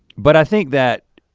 but i think that